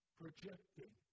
projecting